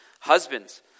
Husbands